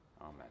Amen